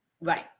Right